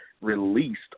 released